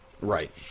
Right